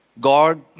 God